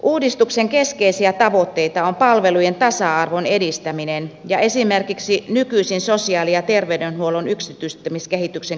uudistuksen keskeisiä tavoitteita ovat palvelujen tasa arvon edistäminen ja esimerkiksi nykyisen sosiaali ja terveydenhuollon yksityistämiskehityksen katkaiseminen